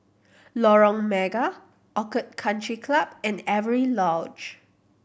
Lorong Mega Orchid Country Club and Avery Lodge